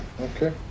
okay